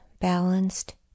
balanced